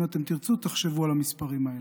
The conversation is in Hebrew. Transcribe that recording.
אם אתם תרצו, תחשבו על המספרים האלה.